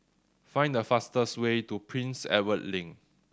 find the fastest way to Prince Edward Link